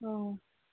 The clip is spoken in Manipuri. ꯑꯥ